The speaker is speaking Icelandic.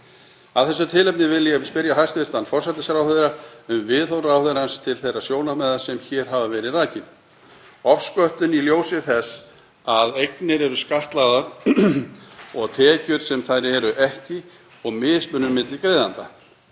Af þessu tilefni vil ég spyrja hæstv. forsætisráðherra um viðhorf ráðherrans til þeirra sjónarmiða sem hér hafa verið rakin; ofsköttun í ljósi þess að eignir eru skattlagðar eins og tekjur sem þær eru ekki og mismunun milli greiðenda.